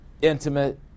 intimate